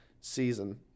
season